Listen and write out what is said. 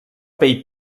pell